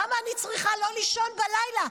למה אני צריכה לא לישון בלילה?